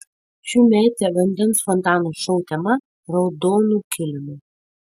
šiųmetė vandens fontanų šou tema raudonu kilimu